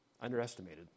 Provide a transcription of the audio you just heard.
Underestimated